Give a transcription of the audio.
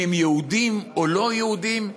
אם הם יהודים או לא יהודים,